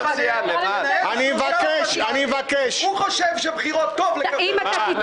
--- הוא חושב שבחירות טוב לכחול לבן והוא